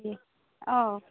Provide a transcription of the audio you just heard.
অঁ